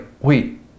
wait